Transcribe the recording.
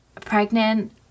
pregnant